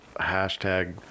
hashtag